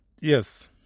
yes